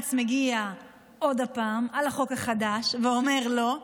בג"ץ מגיע עוד פעם, על החוק החדש, ואומר לא.